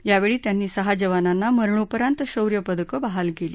यावेळी त्यांनी सहा जवानांना मरणोत्तर शौर्य पदक बहाल केली